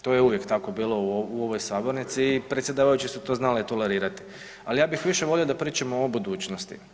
To je uvijek tako bilo u ovoj sabornici i predsjedavajući su to znali tolerirati ali ja bih više volio da pričamo o budućnosti.